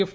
F